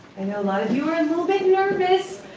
i know a lot of you were a little bit nervous,